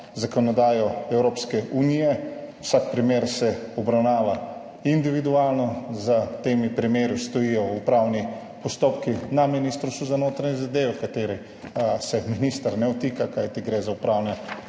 zakonodajo Evropske unije. Vsak primer se obravnava individualno. Za temi primeri stojijo upravni postopki na Ministrstvu za notranje zadeve, v katere se minister ne vtika, kajti gre za upravne